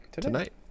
tonight